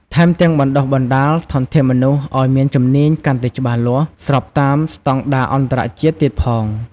ថែមទាំងបណ្តុះបណ្តាល ធនធានមនុស្សឱ្យមានជំនាញកាន់តែច្បាស់លាស់ ស្របតាមស្តង់ដារអន្តរជាតិទៀតផង។